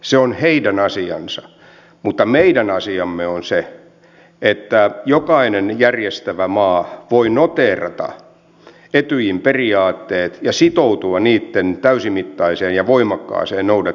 se on heidän asiansa mutta meidän asiamme on se että jokainen järjestävä maa voi noteerata etyjin periaatteet ja sitoutua niitten täysimittaiseen ja voimakkaaseen noudattamiseen